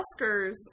Oscars